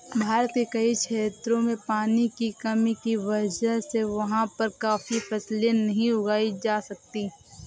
भारत के कई क्षेत्रों में पानी की कमी की वजह से वहाँ पर काफी फसलें नहीं उगाई जा सकती